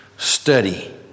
study